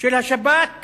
של השב"כ